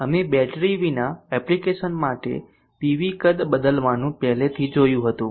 અમે બેટરી વિના એપ્લિકેશન માટે પીવી કદ બદલવાનું પહેલેથી જોયું હતું